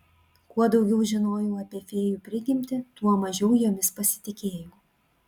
kuo daugiau žinojau apie fėjų prigimtį tuo mažiau jomis pasitikėjau